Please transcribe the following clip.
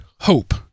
hope